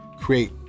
create